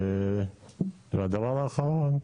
והדבר האחרון,